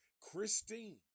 Christine